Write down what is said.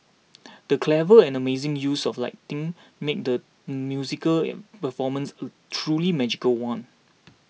the clever and amazing use of lighting made the musical performance a truly magical one